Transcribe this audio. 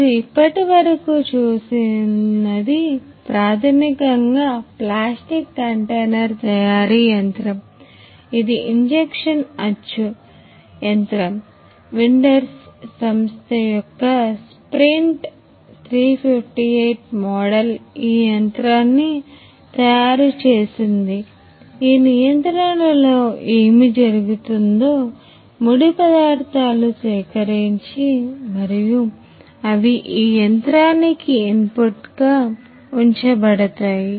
మీరు ఇప్పటివరకు చూసినది ప్రాథమికంగా ప్లాస్టిక్ కంటైనర్ తయారీ యంత్రం ఇది ఇంజెక్షన్ అచ్చు ఉంచబడతాయి